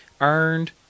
earned